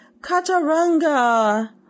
Kataranga